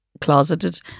closeted